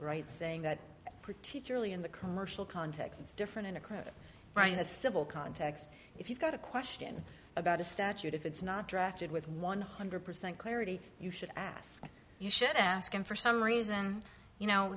right saying that particularly in the commercial context it's different in a credit brian a civil context if you've got a question about a statute if it's not drafted with one hundred percent clarity you should ask you should ask him for some reason you know